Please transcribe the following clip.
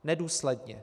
Nedůsledně!